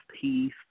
Peace